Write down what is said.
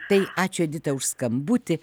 tai ačiū edita už skambutį